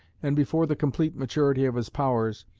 and before the complete maturity of his powers,